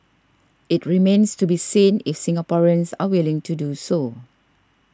it remains to be seen if Singaporeans are willing to do so